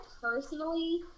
personally